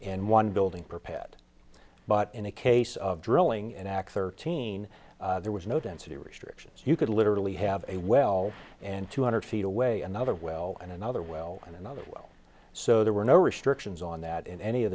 and one building prepared but in the case of drilling and x thirteen there was no density restrictions you could literally have a well and two hundred feet away another well and another well in another well so there were no restrictions on that in any of